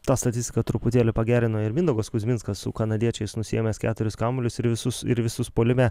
tą statistiką truputėlį pagerino ir mindaugas kuzminskas su kanadiečiais nusiėmęs keturis kamuolius ir visus ir visus puolime